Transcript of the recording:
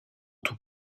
tout